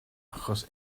achos